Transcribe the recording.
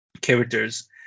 characters